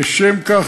לשם כך,